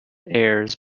errors